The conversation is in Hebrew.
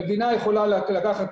המדינה יכולה לקחת,